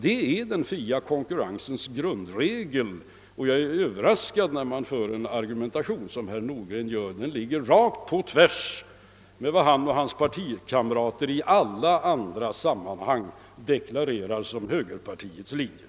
Det är den fria konkurrensens grundregel, och jag är Ööverraskad av herr Nordgrens argumentation — den ligger rakt på tvärs med vad han och hans partikamrater i alla andra sammanhang deklarerar som högerpartiets linje.